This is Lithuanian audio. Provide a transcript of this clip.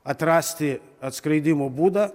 atrasti atskridimo būdą